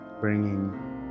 bringing